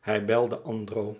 hij belde andro